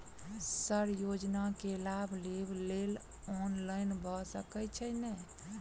Sir योजना केँ लाभ लेबऽ लेल ऑनलाइन भऽ सकै छै नै?